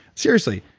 seriously?